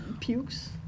pukes